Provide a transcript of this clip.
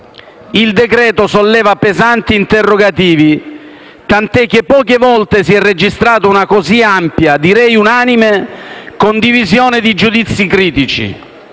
Il decreto-legge solleva pesanti interrogativi, tant'è che poche volte si è registrata una così ampia, direi unanime, condivisione di giudizi critici: